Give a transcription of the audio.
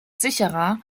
sicherer